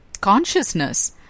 consciousness